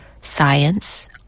science